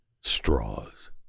straws